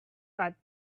red